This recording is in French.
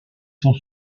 sont